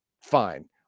Fine